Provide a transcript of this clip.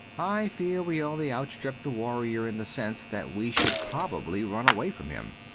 i fear we only outstrip the warrior in the sense that we should probably run away from him.